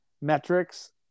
metrics